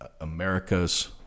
Americas